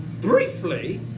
briefly